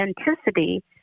authenticity